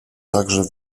także